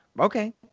okay